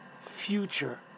future